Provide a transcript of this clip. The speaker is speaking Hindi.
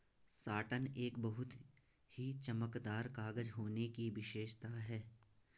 साटन एक बहुत ही चमकदार कागज होने की विशेषता है